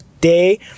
day